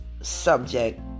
subject